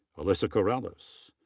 alyssa kourelis.